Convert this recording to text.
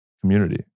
community